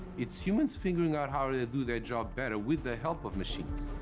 it's humans figuring out how to do their job better with the help of machines.